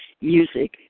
music